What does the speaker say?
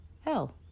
Hell